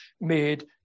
made